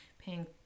paying